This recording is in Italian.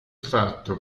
fatto